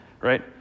right